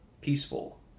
peaceful